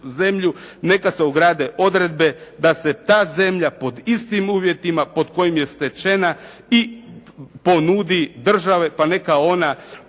neka se ugrade odredbe da se ta zemlja pod istim uvjetima pod kojim je stečena i ponudi državi pa neka ona